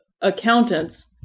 accountants